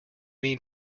mean